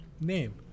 name